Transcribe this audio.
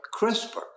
CRISPR